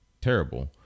terrible